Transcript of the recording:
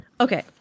Okay